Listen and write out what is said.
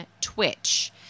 Twitch